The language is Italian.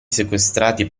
sequestrati